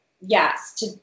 yes